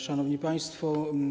Szanowni Państwo!